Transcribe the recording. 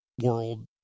world